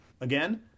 Again